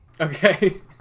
Okay